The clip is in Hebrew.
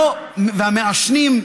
והמעשנים,